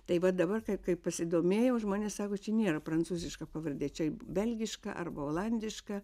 tai va dabar kai pasidomėjau žmonės sako čia nėra prancūziška pavardė čia belgiška arba olandiška